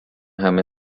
همه